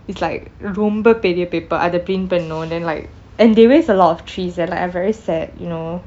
it's like ரோம்ப பெரிய:romba periya paper அது:athu print பன்னும்:pannum then like and they waste a lot of trees and like I'm very sad you know